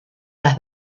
las